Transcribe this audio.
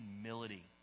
humility